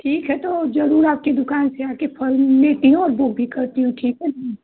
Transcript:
ठीक है तो ज़रूर आपकी दुक़ान से आकर फल लेती हूँ और वह भी करती हूँ ठीक है ना